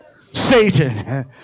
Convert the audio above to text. Satan